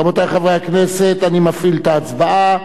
רבותי חברי הכנסת, אני מפעיל את ההצבעה.